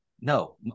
no